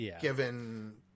given